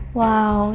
Wow